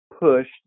pushed